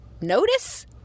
notice